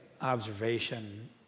observation